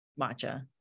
Matcha